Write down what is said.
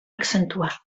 accentuar